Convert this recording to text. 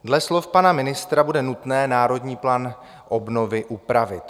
Dle slov pana ministra bude nutné Národní plán obnovy upravit.